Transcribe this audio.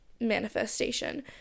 manifestation